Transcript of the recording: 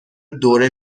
دوره